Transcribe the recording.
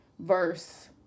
verse